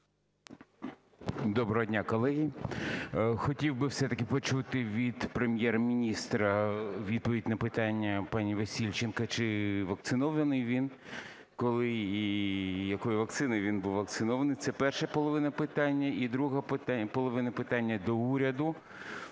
Доброго дня, колеги! Хотів би все-таки почути від Прем'єр-міністра відповідь на питання пані Васильченко, чи вакцинований він, коли, і якою вакциною він був вакцинований? Це перша половина питання. І друга половина питання до уряду.